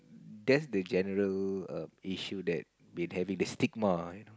that's the general err issue that we're having the stigma you know